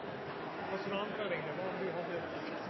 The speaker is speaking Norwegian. videre kan regne med at